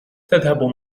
تذهب